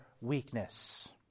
weakness